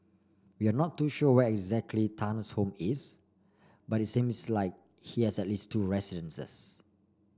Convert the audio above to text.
we are not too sure where exactly Tan's home is but seems like he has at least two residences